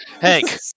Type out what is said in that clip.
Hank